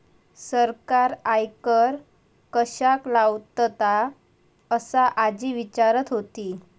सरकार आयकर कश्याक लावतता? असा आजी विचारत होती